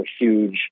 huge